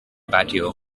patio